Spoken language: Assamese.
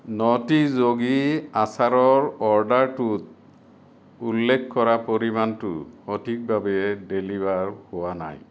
নটী যোগী আচাৰৰ অৰ্ডাৰটোত উল্লেখ কৰা পৰিমাণটো সঠিকভাৱে ডেলিভাৰ হোৱা নাই